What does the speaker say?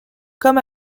comme